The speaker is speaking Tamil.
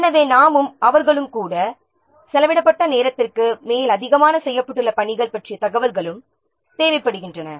எனவே நாமும் அவர்களும் கூட எனவே செலவிடப்பட்ட நேரத்திற்கு மேலதிகமாக செய்யப்பட்டுள்ள பணிகள் பற்றிய தகவல்களும் தேவைப்படுகின்றன